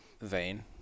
vein